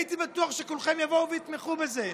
הייתי בטוח שכולכם תבואו ותתמכו בזה.